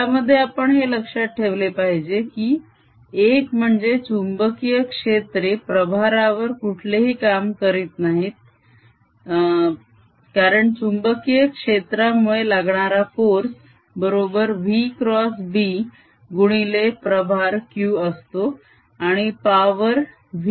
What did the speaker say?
यामध्ये आपण हे लक्षात ठेवले पाहिजे की एक म्हणजे चुंबकीय क्षेत्रे प्रभारावर कुठलेही काम करत नाहीत कारण चुंबकीय क्षेत्रामुळे लागणारा फोर्स बरोबर v क्रॉस B गुणिले प्रभार q असतो आणि पावर v